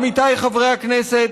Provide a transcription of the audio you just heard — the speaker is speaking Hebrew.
עמיתיי חברי הכנסת,